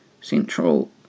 central